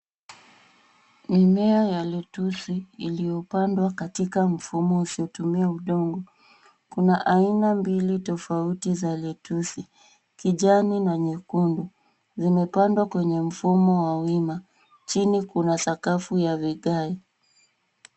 Mimea ya lettuce iliyopandwa katika mfumo usiotumia udongo. Kuna aina mbili za lettuce , kijani na nyekundu. Zimepandwa kwenye mfumo wa wima. Chini kuna sakafu ya vigae.